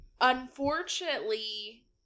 unfortunately